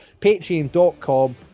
Patreon.com